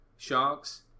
Sharks